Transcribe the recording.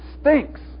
stinks